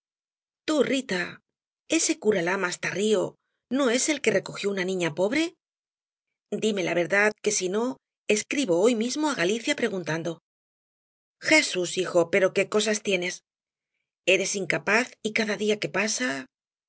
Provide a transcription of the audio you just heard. tú rita ese cura lamas tarrío no es el que recogió una niña pobre dime la verdad que si no escribo hoy mismo á galicia preguntando jesús hijo pero qué cosas tienes eres incapaz y cada día que pasa